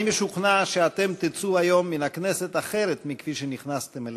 אני משוכנע שאתם תצאו היום מהכנסת אחרת מכפי שנכנסתם אליה,